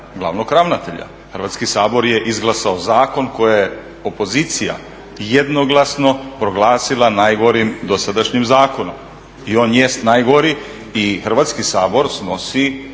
Hrvatski sabor je izglasao zakon koji je opozicija jednoglasno proglasila najgorim dosadašnjim zakonom. I on jest najgori. I Hrvatski sabor snosi